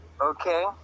Okay